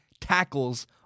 tackles